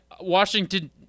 Washington